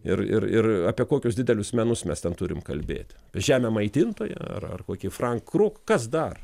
ir ir ir apie kokius didelius menus mes ten turim kalbėti žemė maitintoja ar kokį frank kruk kas dar